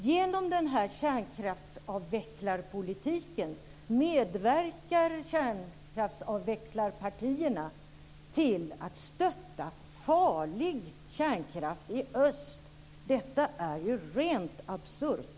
Genom denna kärnkraftsavvecklarpolitik medverkar kärnkraftsavvecklarpartierna till att stötta farlig kärnkraft i öst. Detta är ju rent absurt.